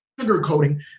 sugarcoating